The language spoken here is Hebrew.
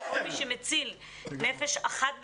וכל מי שמציל נפש אחת בישראל,